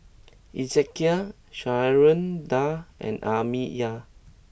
Ezekiel Sharonda and Amiya